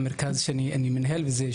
ואני עכשיו